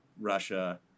Russia